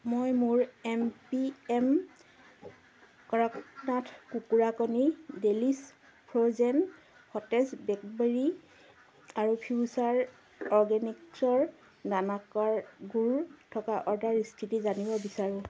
মই মোৰ M P M Kadaknath কুকুৰা কণী ডেলিছ ফ্ৰ'জেন সতেজ ব্লেকবেৰী আৰু ফিউচাৰ অৰ্গেনিক্ছৰ দানাকাৰ গুৰ থকা অৰ্ডাৰৰ স্থিতি জানিব বিচাৰোঁ